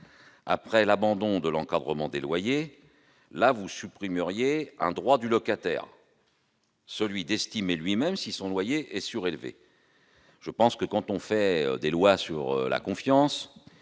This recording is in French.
Après l'abandon de l'encadrement des loyers, on supprime ici un droit du locataire : celui d'estimer lui-même si son loyer est trop élevé ou non. Quand on fait des lois sur la confiance,